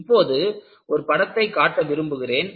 இப்போது ஒரு படத்தை காட்ட விரும்புகிறேன்